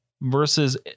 versus